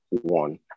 one